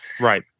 Right